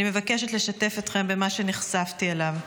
אני מבקשת לשתף אתכם במה שנחשפתי אליו.